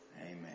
Amen